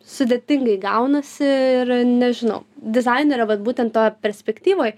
sudėtingai gaunasi ir nežinau dizainerio vat būtent toj perspektyvoj